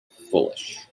foolish